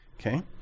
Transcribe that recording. okay